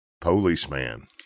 policeman